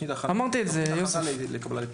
תוכנית הכנה לקבלה להתמחות.